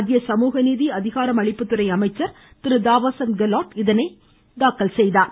மத்திய சமூகநீதி அதிகாரம் அளிப்புத்துறை அமைச்சர் திரு தாவர் சந்த் கெலோட் இதனை அறிவித்தார்